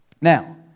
Now